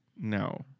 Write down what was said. no